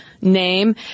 name